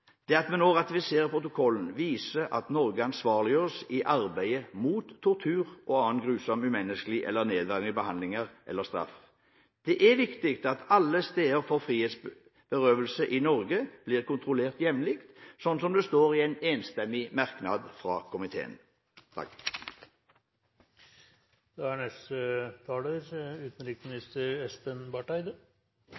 valget. Når vi nå ratifiserer denne protokollen, viser vi at Norge ansvarliggjøres i arbeidet mot tortur og annen grusom umenneskelig eller nedverdigende behandling eller straff. Det er viktig at alle steder for frihetsberøvelse i Norge blir kontrollert jevnlig, som det står i en enstemmig merknad fra komiteen. Det er